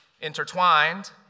intertwined